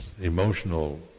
emotional